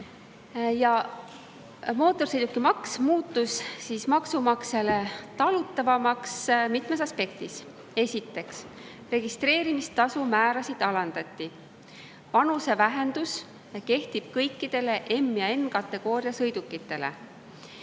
Mootorsõidukimaks muutus maksumaksjale talutavamaks mitmes aspektis. Esiteks, registreerimistasu määrasid alandati. Panuse vähendus kehtib kõikidele M- ja N-kategooria sõidukitele.